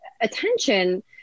attention